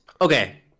Okay